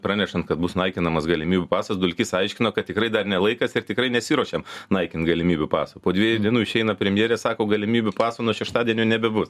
pranešant kad bus naikinamas galimybių pasas dulkis aiškino kad tikrai dar ne laikas ir tikrai nesiruošiam naikint galimybių paso po dviejų dienų išeina premjerė sako galimybių paso nuo šeštadienio nebebus